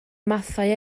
mathau